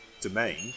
domain